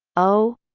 o